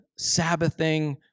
Sabbathing